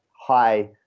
high